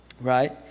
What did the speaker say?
right